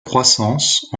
croissance